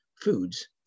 foods